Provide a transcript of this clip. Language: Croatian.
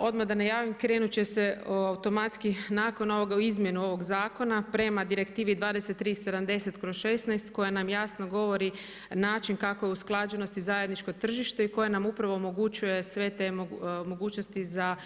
Odmah da najavim, krenuti će se automatski nakon ovoga u izmjenu ovog zakona, prema Direktivni 2370/16 koja nam jasno govori način kako je usklađenosti zajedničko tržište i koja nam upravo omogućuje sve te mogućnosti za